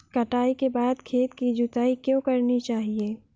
कटाई के बाद खेत की जुताई क्यो करनी चाहिए?